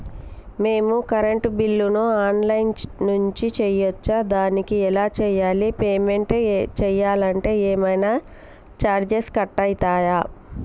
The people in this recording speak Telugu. మేము కరెంటు బిల్లును ఆన్ లైన్ నుంచి చేయచ్చా? దానికి ఎలా చేయాలి? పేమెంట్ చేయాలంటే ఏమైనా చార్జెస్ కట్ అయితయా?